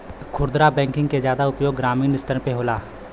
खुदरा बैंकिंग के जादा उपयोग ग्रामीन स्तर पे होला